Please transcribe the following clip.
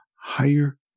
higher